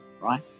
right